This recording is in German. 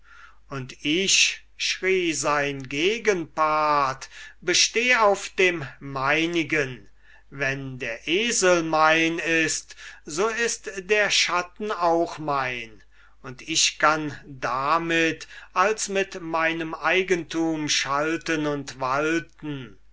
und ich schrie sein gegenpart besteh auf dem meinigen wenn der esel mein ist so ist der schatten auch mein und ich kann damit als mit meinem eigentum schalten und walten